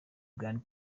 grand